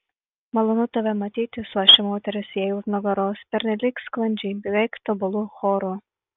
malonu tave matyti suošė moterys jai už nugaros pernelyg sklandžiai beveik tobulu choru